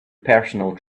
personal